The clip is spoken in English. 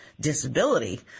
disability